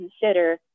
consider